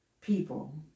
people